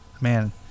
Man